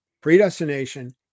Predestination